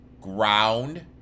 ground